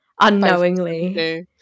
unknowingly